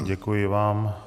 Děkuji vám.